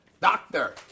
doctor